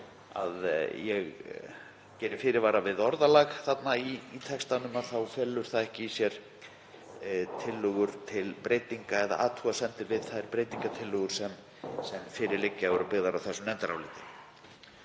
að ég geri fyrirvara við orðalag í textanum þá felur það ekki í sér tillögur til breytinga eða athugasemdir við þær breytingartillögur sem fyrir liggja og eru byggðar á þessu nefndaráliti.